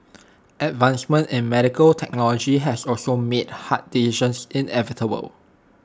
advancements in medical technology has also made hard decisions inevitable